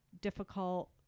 difficult